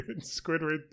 Squidward